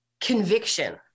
conviction